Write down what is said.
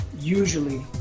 usually